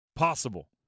possible